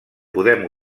podem